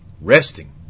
Resting